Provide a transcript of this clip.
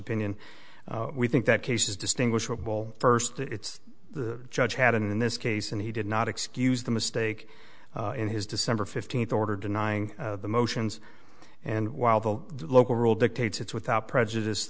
opinion we think that cases distinguishable first it's the judge had in this case and he did not excuse the mistake in his december fifteenth order denying the motions and while the local rule dictates it's without prejudice